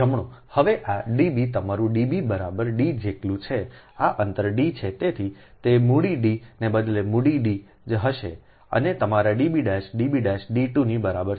જમણું હવે આ Db તમારું Db બરાબર D જેટલું છે આ અંતર D છે તેથી તે મૂડી D ને બદલે મૂડી D જ હશે અને તમારા Db Db d2 ની બરાબર છે